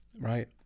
right